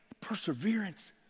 Perseverance